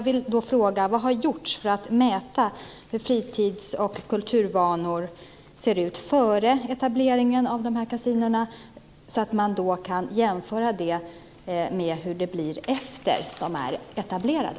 Vad har gjorts för att mäta hur fritids och kulturvanor ser ut före etableringen av kasinona, så att det går att jämföra med hur det blir efter det att de är etablerade?